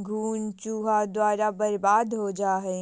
घुन, चूहा द्वारा बर्बाद हो जा हइ